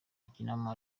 akinamo